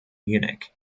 munich